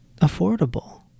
affordable